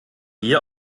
dir